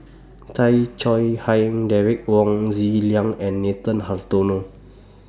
Tay Chong Hai Derek Wong Zi Liang and Nathan Hartono